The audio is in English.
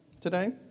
today